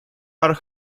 are